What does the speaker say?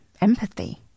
empathy